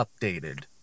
updated